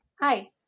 Hi